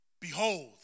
Behold